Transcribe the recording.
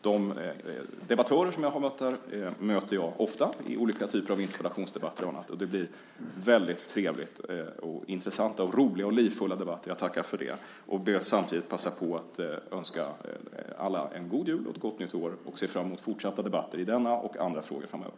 De debattörer som jag har mött här möter jag ofta i olika typer av debatter, interpellationsdebatter och annat, och det blir väldigt trevliga, intressanta, roliga och livfulla debatter. Jag tackar för det. Jag ber samtidigt att få passa på att önska alla en god jul och ett gott nytt år. Jag ser fram mot fortsatta debatter i denna och andra frågor framöver.